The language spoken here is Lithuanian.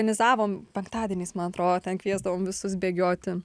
organizavom penktadieniais man atrodo ten kviesdavom visus bėgioti